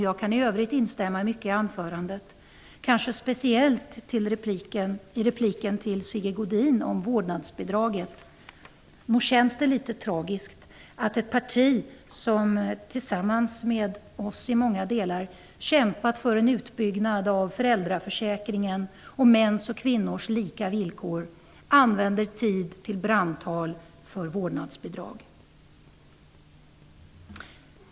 Jag kan i övrigt instämma i mycket av anförandet, kanske speciellt i repliken till Sigge Godin om vårdnadsbidraget. Nog känns det lite tragiskt att ett parti som i många delar tillsammans med oss har kämpat för en utbyggnad av föräldraförsäkringen och för mäns och kvinnors lika villkor använder tid till brandtal för vårdnadsbidrag.